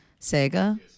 Sega